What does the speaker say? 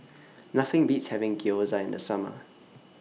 Nothing Beats having Gyoza in The Summer